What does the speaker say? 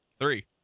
Three